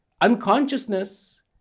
Unconsciousness